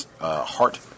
heart